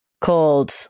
called